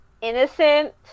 innocent